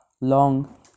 long